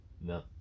No